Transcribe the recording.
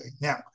Now